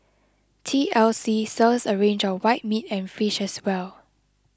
T L C serves a range of white meat and fish as well